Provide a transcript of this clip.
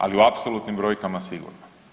Ali u apsolutnim brojkama sigurno.